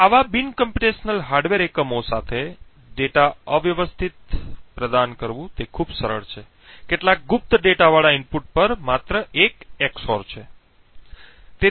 તેથી આવા બિન કોમ્પ્યુટેશનલ હાર્ડવેર એકમો સાથે ડેટા અવ્યવસ્થિત પ્રદાન કરવું તે ખૂબ સરળ છે કેટલાક ગુપ્ત ડેટાવાળા ઇનપુટ પર માત્ર એક એક્સ ઓર છે